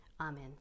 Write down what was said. Amen